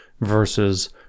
versus